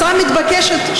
הצעה מתבקשת,